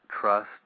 trust